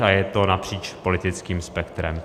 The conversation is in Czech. A je to napříč politickým spektrem.